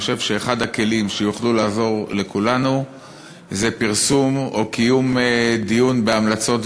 אני חושב שאחד הכלים שיוכלו לעזור לכולנו זה פרסום או קיום דיון בהמלצות